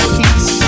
peace